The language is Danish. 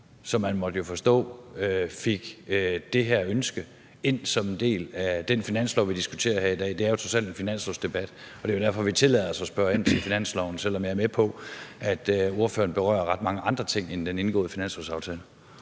som man jo måtte forstå fik det her ønske ind som en del af den finanslov, vi diskuterer her i dag. Det er jo trods alt en finanslovsdebat. Det er derfor, vi tillader os at spørge ind til finansloven, selv om jeg er med på, at ordføreren berører ret mange andre ting end den indgåede finanslovsaftale.